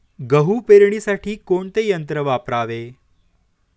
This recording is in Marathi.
गहू पेरणीसाठी कोणते यंत्र वापरावे?